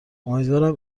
امیدوارم